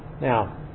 Now